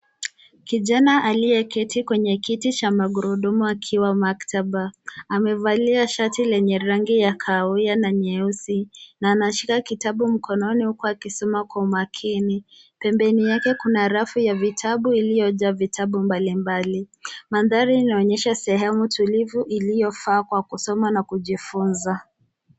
Kijana aliyeketi kwenye kiti cha magurudumu akiwa maktaba. Amevalia shati lenye rangi ya kahawia na nyeusi na anashika kitabu mkononi huku akisoma kwa umakini. Pembeni yake kuna rafu ya vitabu iliyojaa vitabu mbalimbali. Mandhari inaonyesha sehemu tulivu iliyofaa kwa kusoma na kujifunza.